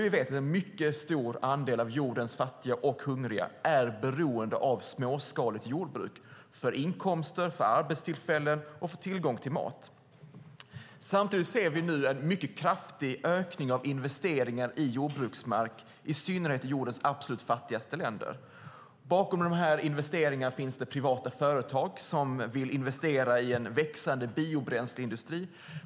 Vi vet att en mycket stor andel av jordens fattiga och hungriga är beroende av småskaligt jordbruk för inkomster, arbetstillfällen och tillgången till mat. Samtidigt ser vi nu en mycket kraftig ökning av investeringar i jordbruksmark, i synnerhet i jordens absolut fattigaste länder. Bakom dessa investeringar finns privata företag som vill satsa i en växande biobränsleindustri.